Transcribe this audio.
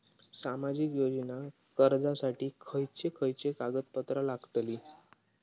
सामाजिक योजना अर्जासाठी खयचे खयचे कागदपत्रा लागतली?